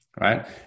right